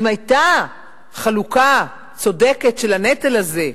אם היתה חלוקה צודקת של הנטל הזה,